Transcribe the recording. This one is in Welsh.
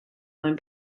mwyn